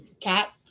cat